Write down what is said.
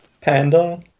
Panda